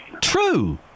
true